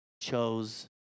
chose